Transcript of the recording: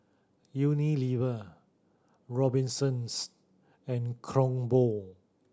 Unilever Robinsons and Kronenbourg